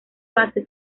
base